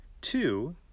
Two